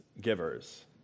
givers